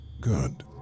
Good